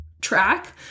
track